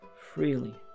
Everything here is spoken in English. freely